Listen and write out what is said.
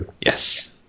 Yes